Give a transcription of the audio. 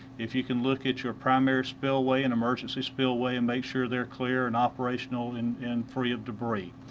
if you can look at your primary spillway an emergency spillway and make sure they are clear and operational and and free of debris.